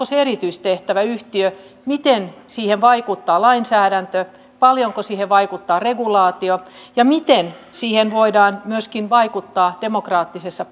se erityistehtäväyhtiö miten siihen vaikuttaa lainsäädäntö paljonko siihen vaikuttaa regulaatio ja miten siihen voidaan myöskin vaikuttaa demokraattisessa